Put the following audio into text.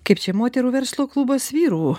kaip čia moterų verslo klubas vyrų